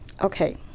Okay